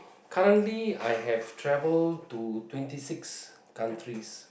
currently I have travelled to twenty six countries